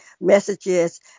messages